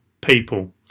people